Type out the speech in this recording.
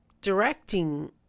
directing